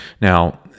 Now